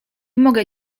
mogę